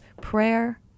prayer